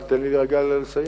רק תן לי רגע לסיים.